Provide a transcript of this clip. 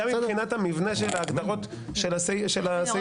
גם אם מבחינת המבנה של ההגדרות של הסעיף